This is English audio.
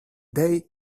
day